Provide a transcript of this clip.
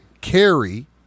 carry